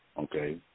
okay